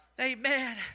Amen